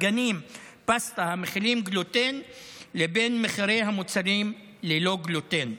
דגנים ופסטה המכילים גלוטן לבין מחירי המוצרים ללא גלוטן.